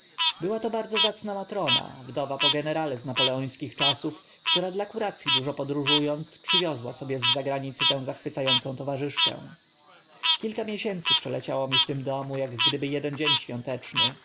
była to bardzo zacna matrona wdowa po generale z napoleońskich czasów która dla kurac i dużo podróżu ąc przywiozła sobie z zagranicy tę zachwyca ącą towarzyszkę kilka miesięcy przeleciało mi w tym domu ak gdyby eden dzień świąteczny